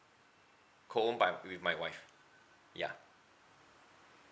co home by with my wife ya